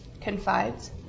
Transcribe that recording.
Confides